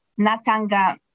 Natanga